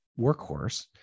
workhorse